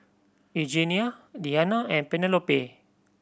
Eugenia Deanna and Penelope